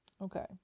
Okay